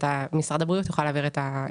משרד הבריאות יוכל להעביר את רשימת הבינוי.